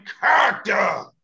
character